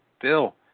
Bill